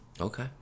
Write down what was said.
Okay